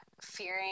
fearing